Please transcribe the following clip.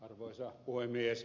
arvoisa puhemies